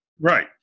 Right